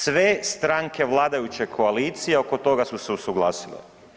Sve stranke vladajuće koalicije oko toga su se usuglasile.